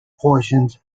portions